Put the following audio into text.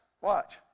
Watch